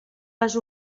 les